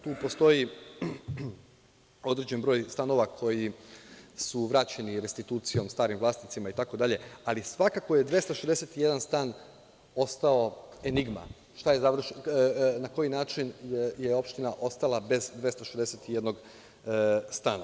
Tu postoji određen broj stanova koji su vraćeni restitucijom starim vlasnicima itd, ali svakako je 261 stan ostao enigma na koji način je opština ostala bez 261 stana.